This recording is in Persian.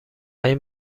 این